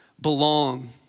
belong